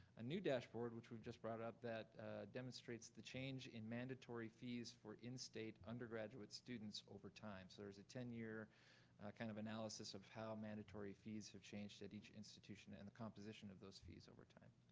a new dashboard which we've just brought up that demonstrates the change in mandatory fees for in-state undergraduate students over time. so there's a ten year kind of analysis of how mandatory fees have changed at each institution and the composition of those fees over time.